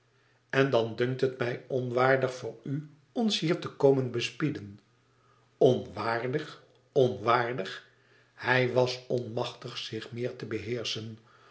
en dan dunkt het mij onwaardig van u ons hier te komen bespieden onwaardig onwaardig hij was onmachtig zich meer te beheerschen